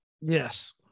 Yes